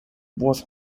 was